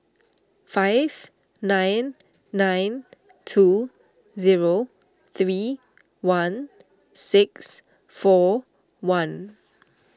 five nine nine two zero three one six four one